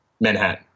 Manhattan